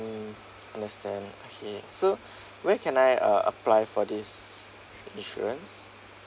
mm understand okay so where can I uh apply for this insurance